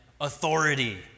authority